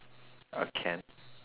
a can